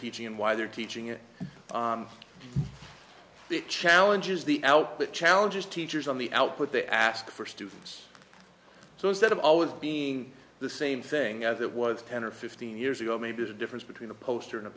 teaching and why they're teaching it the challenges the out the challenges teachers on the output they ask for students so instead of always being the same thing as it was ten or fifteen years ago maybe the difference between a poster and a